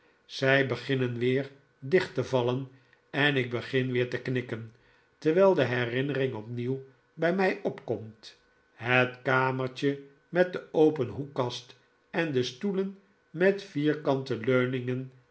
zij beginnen weer dicht te vallen en ik begin weer te knikken terwijl de herinnering opnieuw bij mij opkomt het kamertje met de open hdekkast en de stoelen met vierkante leuningen